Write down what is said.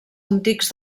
antics